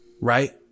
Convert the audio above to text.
Right